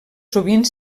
sovint